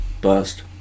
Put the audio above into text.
Bust